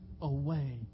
away